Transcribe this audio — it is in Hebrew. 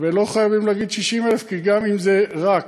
ולא חייבים להגיד 60,000, כי גם אם זה "רק"